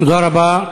זאת ההיסטוריה,